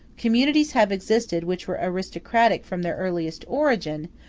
communities have existed which were aristocratic from their earliest origin,